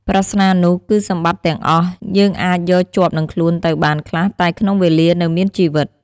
ប្រស្នានុះគឺសម្បត្តិទាំងអស់ យើងអាចយកជាប់នឹងខ្លួនទៅបានខ្លះ តែក្នុងវេលានៅមានជីវិត។